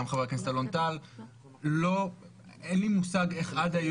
גם חבר הכנסת אלון טל.